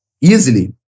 easily